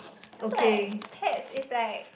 cause like pets is like